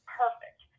perfect